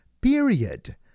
period